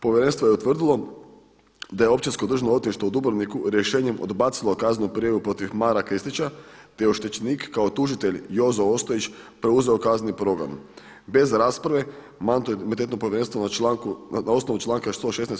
Povjerenstvo je utvrdilo da je Općinsko državno odvjetništvo u Dubrovniku rješenjem odbacilo kaznenu prijavu protiv Mara Kristića, te je oštećenik kao tužitelj Jozo Ostojić preuzeo kazneni progon, bez rasprave Mandatno-imunitetno povjerenstvo na osnovu članka 116.